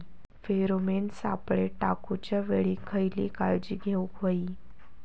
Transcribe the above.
Pheromone सापळे टाकूच्या वेळी खयली काळजी घेवूक व्हयी?